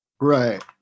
Right